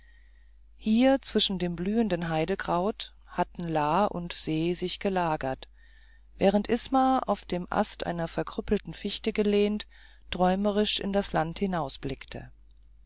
hier zwischen dem blühenden heidekraut hatten la und se sich gelagert während isma auf den ast einer verkrüppelten fichte gelehnt träumerisch in das land